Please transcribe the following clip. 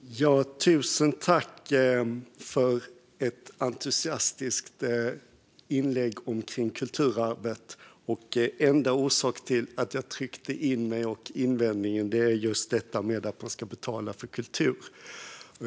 Herr talman! Tusen tack för ett entusiastiskt inlägg kring kulturarvet, ledamoten! Den enda orsaken till att jag har invändningar är detta med att man ska betala för kultur.